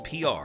PR